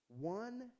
one